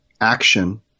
action